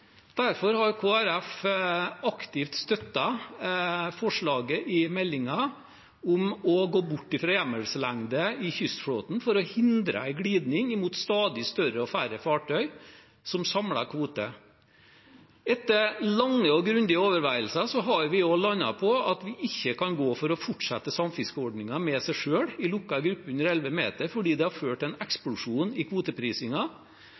Derfor har Kristelig Folkeparti aktivt støttet forslaget i meldingen om å gå bort fra hjemmelslengde i kystflåten, for å hindre en glidning mot stadig større og færre fartøy som samlet kvote. Etter lange og grundige overveielser har vi også landet på at vi ikke kan gå for å fortsette ordningen med samfiske med seg selv i lukket gruppe under 11 meter, fordi det har ført til en